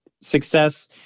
success